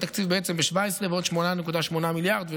אנחנו מגדילים את התקציב בעצם ב-17 מיליארד ועוד 8.8 מיליארד שקלים,